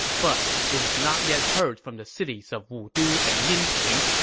but we have not yet heard from the cities of wudu and yinping.